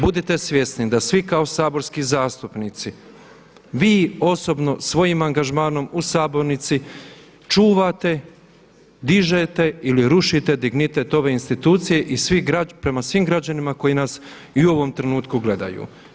Budite svjesni da svi kao saborski zastupnici vi osobno svojim angažmanom u sabornici čuvate, dižete ili rušite dignitet ove institucije prema svim građanima koji nas i u ovom trenutku gledaju.